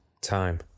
time